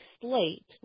slate